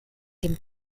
dem